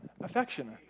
affection